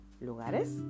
lugares